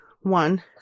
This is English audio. One